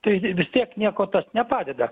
tai vis tiek nieko tas nepadeda